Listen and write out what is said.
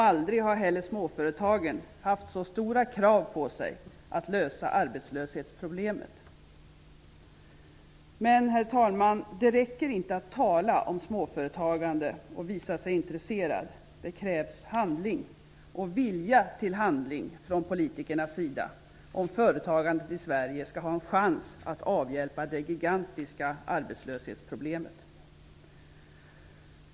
Aldrig har heller småföretagen haft så stora krav på sig att lösa arbetslöshetsproblemet. Men, herr talman, det räcker inte att tala om småföretagande och visa sig intresserad. Det krävs handling och vilja till handling från politikernas sida, om företagandet i Sverige skall ha en chans att avhjälpa det gigantiska arbetslöshetsproblemet.